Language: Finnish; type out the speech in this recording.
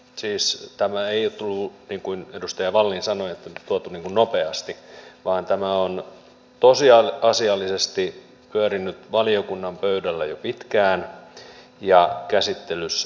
siis tämä ei ole tullut niin kuin edustaja wallin sanoi nopeasti vaan tämä on tosiasiallisesti pyörinyt valiokunnan pöydällä jo pitkään ja ollut käsittelyssä jo pitkään